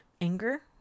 anger